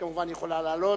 את כמובן יכולה לעלות,